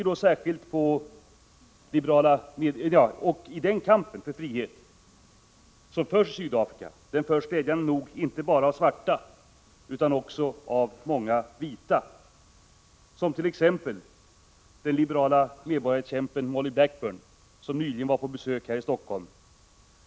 Den kampen för frihet förs glädjande nog inte bara av svarta utan också av många vita som t.ex. den liberala medborgarrättskämpen Molly Blackburn, som nyligen var på besök i Helsingfors.